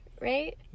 right